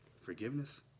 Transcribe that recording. forgiveness